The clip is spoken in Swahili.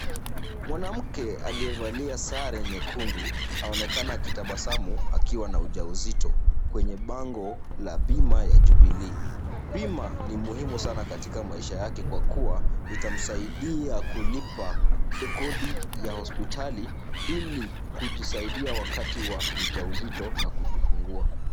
Mwanamke aliyevalia sare nyekundu, anaonekana akitabasamu akiwa ana uja uzito, kwenye bango ya bima ya Jubilee. Bima ni muhimu sana katika maisha yake, kwa kuwa itamsaidia kulipa kodi ya hospitali, ili kujisaidia wakati wa uja uzito na kujifungua.